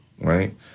Right